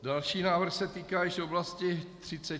Další návrh se týká již oblasti 36.